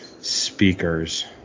Speakers